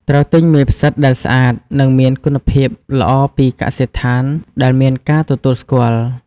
ត្រូវទិញមេផ្សិតដែលស្អាត និងមានគុណភាពល្អពីកសិដ្ឋានដែលមានការទទួលស្គាល់។